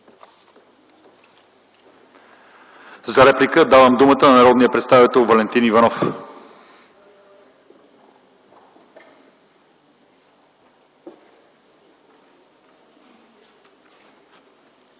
За реплика давам думата на народния представител Валентин Николов